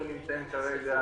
אנחנו נמצאים כרגע